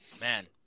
man